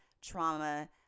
trauma